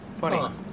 funny